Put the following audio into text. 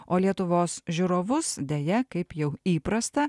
o lietuvos žiūrovus deja kaip jau įprasta